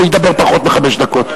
הוא ידבר פחות מחמש דקות.